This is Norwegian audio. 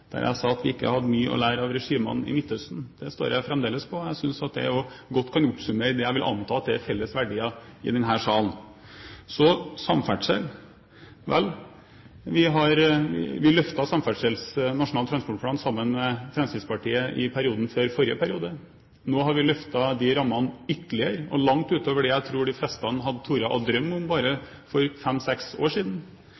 der disse ordene falt, og det var i en sammenheng som handlet om likestilling, demokrati og menneskerettigheter. Jeg sa at vi ikke hadde mye å lære av regimene i Midtøsten. Det står jeg fremdeles på. Jeg synes det også godt kan oppsummere det jeg vil anta er felles verdier i denne salen. Så samferdsel – vel, vi løftet Nasjonal transportplan sammen med Fremskrittspartiet i perioden før forrige periode. Nå har vi løftet de rammene ytterligere og langt utover det jeg tror de fleste hadde tort å drømme om